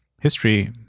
history